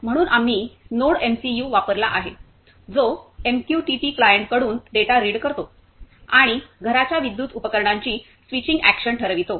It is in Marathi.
म्हणून आम्ही नोडएमसीयू वापरला आहे जो एमक्यूटीटी क्लायंटकडून डेटा रीड करतो आणि घराच्या विद्युत उपकरणांची स्विचिंग एक्शन ठरवितो